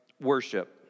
worship